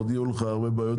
עוד יהיו לך הרבה בעיות איתי.